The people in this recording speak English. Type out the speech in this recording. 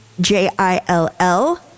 J-I-L-L